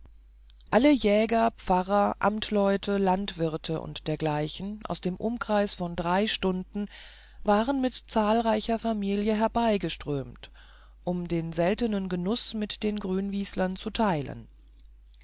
alle jäger pfarrer amtleute landwirte und dergleichen aus dem umkreis von drei stunden waren mit zahlreicher familie herbeigeströmt um den seltenen genuß mit den grünwieselern zu teilen